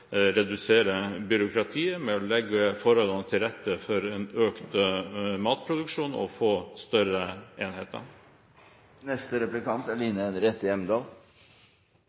redusere byråkratiet, med å legge forholdene til rette for en økt matproduksjon og få større enheter. Norge er